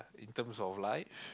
in terms of life